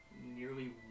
nearly